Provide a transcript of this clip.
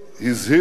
הזהירה